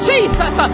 Jesus